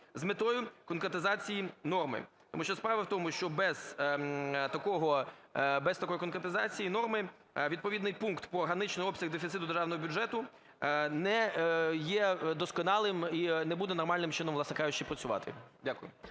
з метою конкретизації норми". Тому що справа в тому, що без такого… без такої конкретизації норми відповідний пункт по граничному обсягу дефіциту Державного бюджету не є досконалим і не буде нормальним чином, власне кажучи, працювати. Дякую.